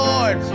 Lord